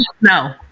No